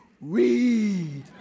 Read